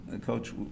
coach